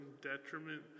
detriment